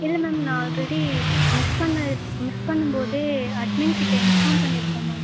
இல்லை மேம் நான் already miss பண்ண மிஸ் பண்ணும்போதே அட்மின் கிட்டே இன்ஃபார்ம் பண்ணியிருக்கேன் மேம்